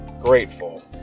Grateful